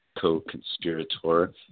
co-conspirator